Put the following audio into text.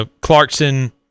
Clarkson